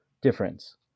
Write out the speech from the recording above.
Difference